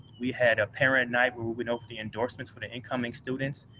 we had a parent night where we went over the endorsements for the incoming students.